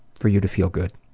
for you to feel good.